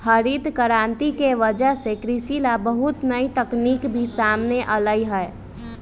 हरित करांति के वजह से कृषि ला बहुत नई तकनीक भी सामने अईलय है